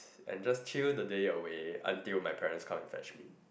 and just chill the day away until my parents come and fetch me